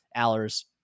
Aller's